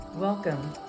Welcome